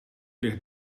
ligt